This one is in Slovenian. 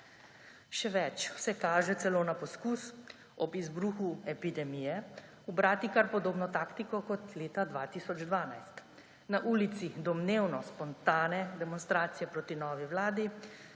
Še več, vse kaže celo na poskus ob izbruhu epidemije ubrati kar podobno taktiko kot leta 2012. Na ulici domnevno spontane demonstracije proti novi vladi,